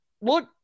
look